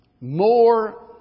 More